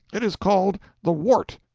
it is called the wart.